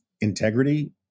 integrity